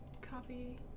copy